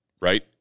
Right